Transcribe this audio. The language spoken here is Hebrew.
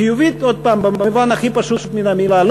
חיובית, עוד הפעם, במובן הכי פשוט של המילה.